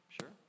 Sure